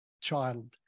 child